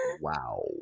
wow